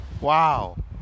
wow